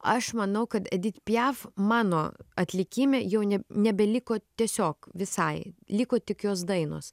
aš manau kad edit piaf mano atlikime jau ne nebeliko tiesiog visai liko tik jos dainos